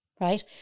right